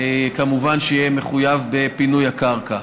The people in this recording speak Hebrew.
כמובן שהוא יהיה מחויב בפינוי הקרקע.